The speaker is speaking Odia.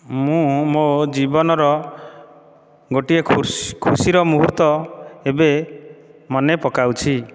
ମୁଁ ମୋ ଜୀବନର ଗୋଟିଏ ଖୁସିର ମୁହୂର୍ତ୍ତ ଏବେ ମନେ ପକାଉଛି